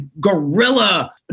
guerrilla